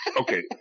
okay